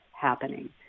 happening